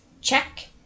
check